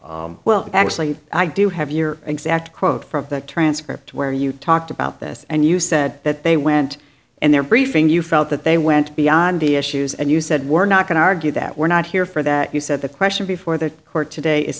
issue well actually i do have your exact quote from that transcript where you talked about this and you said that they went and they're briefing you felt that they went beyond the issues and you said we're not going to argue that we're not here for that you said the question before the court today is